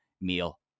meal